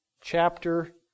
chapter